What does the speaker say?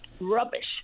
rubbish